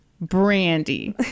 Brandy